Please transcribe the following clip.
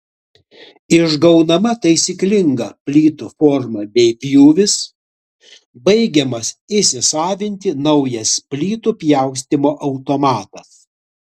išgaunama taisyklinga plytų forma bei pjūvis baigiamas įsisavinti naujas plytų pjaustymo automatas